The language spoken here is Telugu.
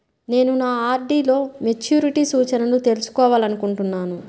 నేను నా ఆర్.డీ లో మెచ్యూరిటీ సూచనలను తెలుసుకోవాలనుకుంటున్నాను